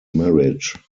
marriage